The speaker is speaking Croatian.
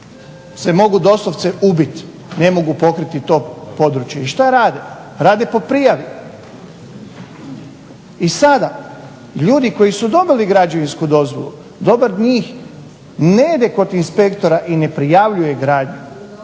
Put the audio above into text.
se mogu doslovce ubiti, ne mogu pokriti to područje. I šta rade, rade po prijavi. I sada ljudi koji su dobili građevinsku dozvolu, dobar dio njih ne ide kod inspektora i ne prijavljuje gradnju